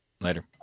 later